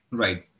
right